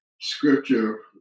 scripture